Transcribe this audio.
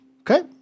Okay